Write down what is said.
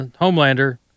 Homelander